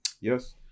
Yes